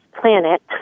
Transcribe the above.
planet